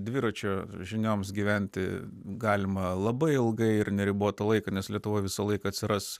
dviračio žinioms gyventi galima labai ilgai ir neribotą laiką nes lietuvoj visąlaik atsiras